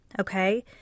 okay